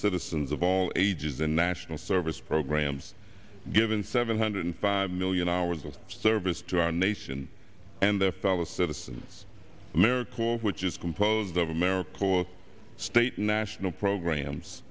citizens of all ages and national service programs given seven hundred million hours of service to our nation and their fellow citizens america corps which is composed of america corps state national programs